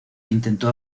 intentó